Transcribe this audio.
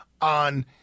on